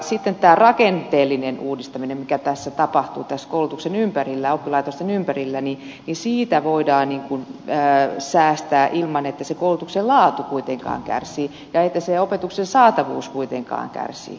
sitten tästä rakenteellisesta uudistamisesta mikä tässä koulutuksen oppilaitosten ympärillä tapahtuu voidaan säästää ilman että koulutuksen laatu kuitenkaan kärsii ja että opetuksen saatavuus kuitenkaan kärsii